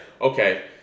okay